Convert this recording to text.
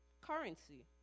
currency